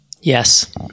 Yes